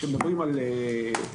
כשמדברים על הרחקה,